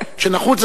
כשנחוץ,